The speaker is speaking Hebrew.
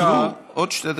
שבו עוד שתי דקות.